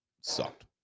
Sucked